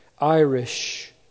Irish